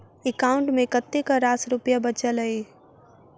account मे कतेक रास रुपया बचल एई